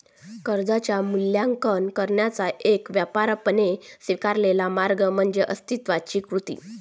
कर्जाचे मूल्यांकन करण्याचा एक व्यापकपणे स्वीकारलेला मार्ग म्हणजे अस्तित्वाची कृती